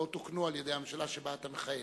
לא תוקנו על-ידי הממשלה שבה אתה מכהן.